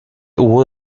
hubo